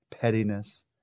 pettiness